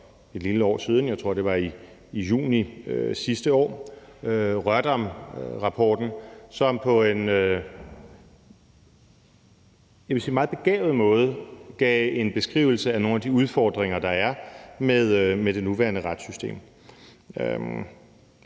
et lille år siden – jeg tror, det var i juni sidste år. Det var Rørdamrapporten, som på en, vil jeg sige, meget begavet måde gav en beskrivelse af nogle af de udfordringer, der er med det nuværende retssystem.